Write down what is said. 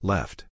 Left